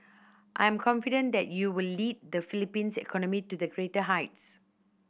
I am confident that you will lead the Philippines economy to the greater heights